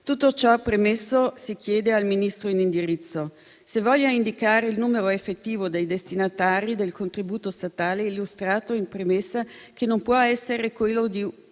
Tutto ciò premesso, si chiede al Ministro in indirizzo: se voglia indicare il numero effettivo dei destinatari del contributo statale illustrato in premessa, che non può essere quello di